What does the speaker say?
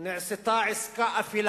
נעשתה עסקה אפלה